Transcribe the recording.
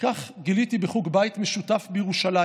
וכך גיליתי בחוג בית משותף בירושלים